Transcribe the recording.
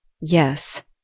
Yes